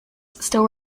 still